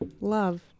Love